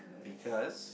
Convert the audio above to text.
because